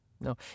No